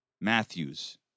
Matthews